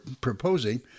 proposing